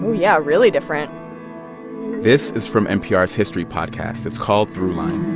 yeah, really different this is from npr's history podcast. it's called throughline